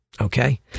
Okay